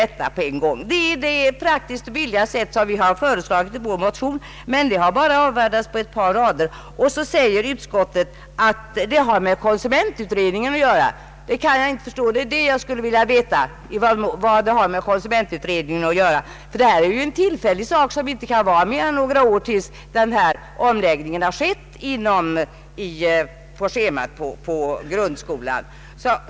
Detta är det praktiska och billiga sätt som vi har föreslagit i vår motion, men det förslaget har utskottet avfärdat på endast ett par rader. Utskottet påstår att frågan har med konsumentutredningen att göra. Det kan jag inte förstå, och jag skulle vilja veta i vad mån så är fallet. Detta är ju en tillfällig sak, som inte kan gälla mer än några år tills omläggningen på grundskolans schema med hemkunskap i hk 8 och 9 har skett.